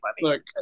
Look